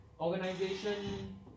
organization